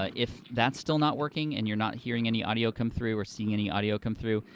ah if that's still not working and you're not hearing any audio come through or seeing any audio come through,